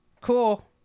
Cool